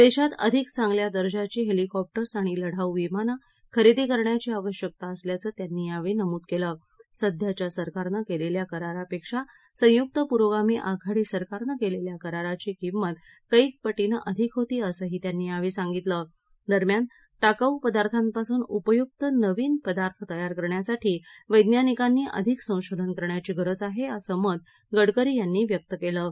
देशात अधिक चांगल्या दर्जाची हेलिकॉप्टरर्स आणि लढाऊ विमानं खरेदी करण्याची आवश्यकता असल्याचं त्यांनी यावेळी नमूद केलं सध्याच्या सरकारनं केलेल्या करारापेक्षा संयुक्त पुरोगामी आघाडी सरकारनं केलेल्या कराराची किमंत कैकपटीनं अधिक होती असंही त्यानी यावेळी सांगितलं दरम्यानं टाकाऊ पदार्थांपासून उपयुक्त नवी पदार्थ तयार करण्यासाठी वैज्ञानिकांनी अधिक संशोधन करण्याची गरज आहे असं मत गडकरी यांनी व्यक्त केलं आहे